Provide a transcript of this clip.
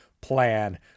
plan